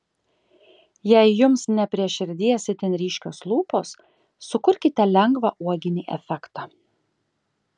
jei jums ne prie širdies itin ryškios lūpos sukurkite lengvą uoginį efektą